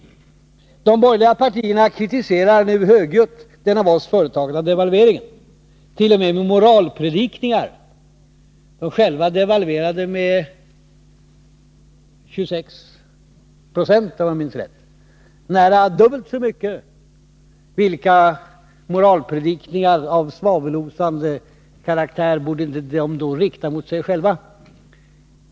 De borgerliga partierna kritiserar nu i högljudda moralpredikningar den av oss företagna devalveringen. De själva devalverade, om jag minns rätt, med 26 20 — nästan dubbelt så mycket. Vilka moralpredikningar av svavelosande karaktär borde de inte rikta mot sig själva!